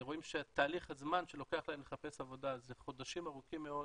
רואים שתהליך הזמן שלוקח להם לחפש עבודה זה חודשים ארוכים מאוד,